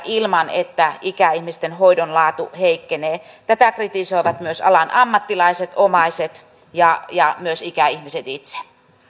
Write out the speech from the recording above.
ilman että ikäihmisten hoidon laatu heikkenee tätä kritisoivat myös alan ammattilaiset omaiset ja ja ikäihmiset itse